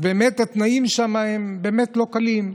התנאים שם באמת לא קלים.